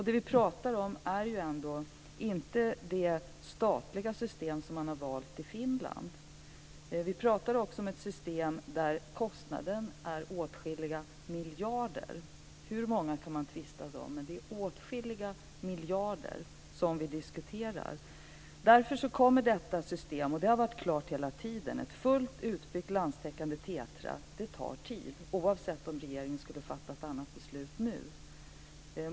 Det vi pratar om är ju inte det statliga system som man har valt i Finland. Vi pratar om ett system där kostnaden är åtskilliga miljarder - hur många kan man tvista om, men det är åtskilliga miljarder vi diskuterar. Därför kommer, och det har varit klart hela tiden, ett fullt utbyggt, landstäckande TETRA-system att ta tid, oavsett om regeringen skulle fatta ett annat beslut nu.